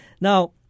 Now